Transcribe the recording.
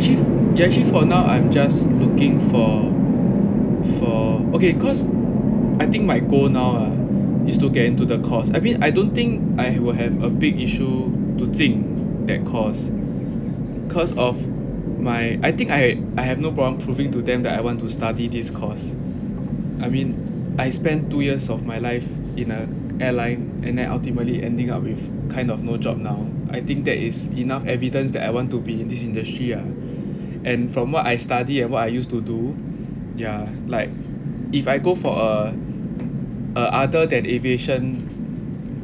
actually actually for now I'm just looking for for okay cause I think my goal now ah is to get into the course I mean I don't think I will have a big issue to 进 that course because of my I think I I have no problem proving to them that I want to study this course I mean I spent two years of my life in an airline and then ultimately ending up with kind of no job now I think that is enough evidence that I want to be in this industry ah and from what I study and what I used to do ya like if I go for a a other than aviation